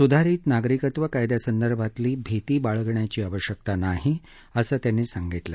सुधारित नागरिकत्व कायद्यासंदर्भात भीती बाळगण्याची आवश्यकता नाही असं त्यांनी सांगितलं